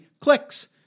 clicks